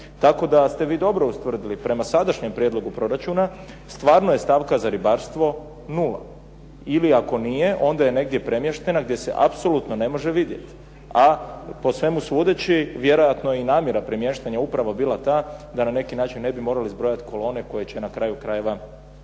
Tako da ste vi dobro ustvrdili prema sadašnjem prijedlogu proračuna stvarno je stavka za ribarstvo nula ili ako nije onda je negdje premještena gdje se apsolutno ne može vidjeti, a po svemu sudeći vjerojatno je i namjera premještanja upravo bila ta da na neki način ne bi morali izbrojati kolone koje će na kraju krajeva nositi